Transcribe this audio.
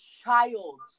child